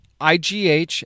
IGH